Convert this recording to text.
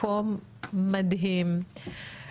מקום מדהים.